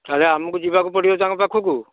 ଆରେ ଆମକୁ ଯିବାକୁ ପଡ଼ିବ ତାଙ୍କ ପାଖକୁ